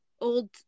old